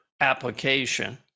application